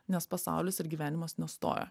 nes pasaulis ir gyvenimas nestoja